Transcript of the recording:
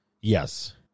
Yes